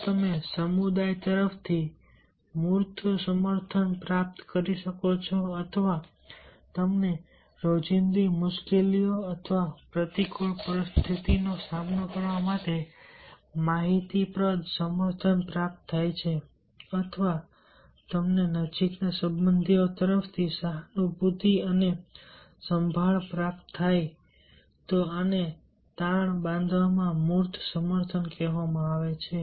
જો તમે સમુદાય તરફથી મૂર્ત સમર્થન પ્રાપ્ત કરી શકો અથવા તમને રોજિંદી મુશ્કેલીઓ અથવા પ્રતિકૂળ પરિસ્થિતિનો સામનો કરવા માટે માહિતીપ્રદ સમર્થન પ્રાપ્ત થાય અથવા તમને નજીકના સંબંધીઓ તરફથી સહાનુભૂતિ અને સંભાળ પ્રાપ્ત થાય તો આને તાણ બાંધવામાં મૂર્ત સમર્થન કહેવામાં આવે છે